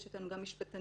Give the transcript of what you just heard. יש איתנו גם משפטניות.